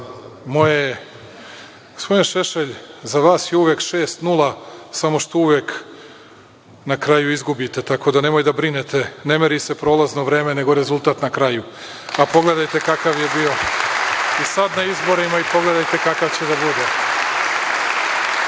dobacuje.)Gospodine Šešelj, za vas je uvek šest nula, samo što uvek na kraju izgubite, tako da nemojte da brinete, ne meri se prolazno vreme, nego rezultat na kraju, pa pogledajte kakav je bio i sada na izborima i pogledajte kakav će da bude.U